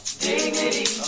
dignity